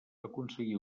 aconseguí